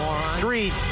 street